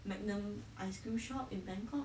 magnum ice cream shop in bangkok